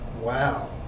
Wow